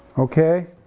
okay?